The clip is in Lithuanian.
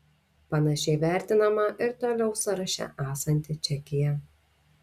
panašiai vertinama ir toliau sąraše esanti čekija